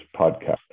podcast